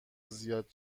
زیاد